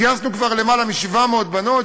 גייסנו כבר למעלה מ-700 בנות,